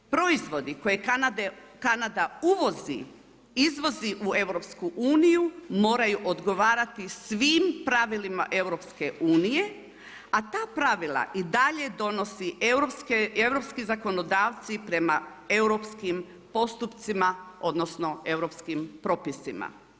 1. Proizvodi koje Kanada uvozi, izvozi u EU moraju odgovarati svim pravilima EU, a ta pravila i dalje donosi europski zakonodavci prema europskim postupcima odnosno europskim propisima.